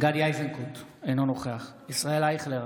גדי איזנקוט, אינו נוכח ישראל אייכלר,